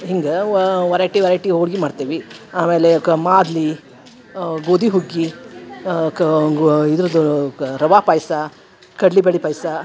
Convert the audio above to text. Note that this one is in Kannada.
ಹಿಂಗೆ ವರೈಟಿ ವರೈಟಿ ಹೋಳ್ಗೆ ಮಾಡ್ತೇವೆ ಆಮೇಲೆ ಕ ಮಾದಲಿ ಗೋಧಿ ಹುಗ್ಗಿ ಕಾ ಇದರದ್ದು ರವೆ ಪಾಯಸ ಕಡ್ಲೆ ಬೇಳೆ ಪಾಯಸ